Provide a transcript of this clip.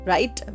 Right